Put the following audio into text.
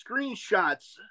screenshots